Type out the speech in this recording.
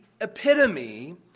epitome